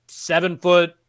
Seven-foot